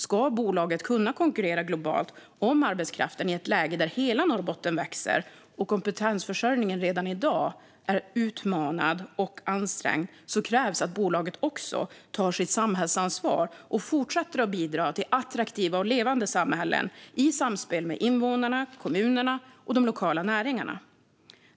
Om bolaget ska kunna konkurrera globalt om arbetskraften i ett läge där hela Norrbotten växer och kompetensförsörjningen redan i dag är utmanad och ansträngd krävs att bolaget också tar sitt samhällsansvar och fortsätter att bidra till attraktiva och levande samhällen i samspel med invånarna, kommunerna och de lokala näringarna.